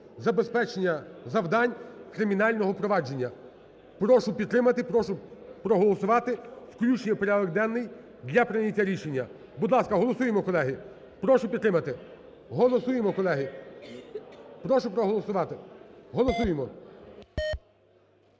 забезпечення завдань кримінального провадження). Прошу підтримати, прошу проголосувати включення в порядок денний для прийняття рішення. Будь ласка, голосуємо, колеги. Прошу підтримати. Голосуємо, колеги. Прошу проголосувати. Голосуємо.